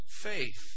faith